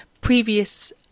previous